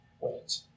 wait